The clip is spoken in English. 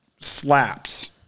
slaps